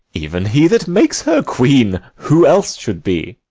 even he that makes her queen who else should be?